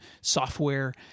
software